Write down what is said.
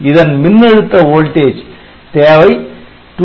இதன் மின்னழுத்த தேவை 2